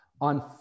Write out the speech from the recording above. on